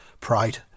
pride